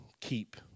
keep